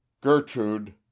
gertrude